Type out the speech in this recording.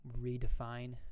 redefine